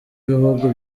ibihugu